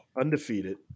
Undefeated